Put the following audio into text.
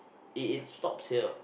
it it stops here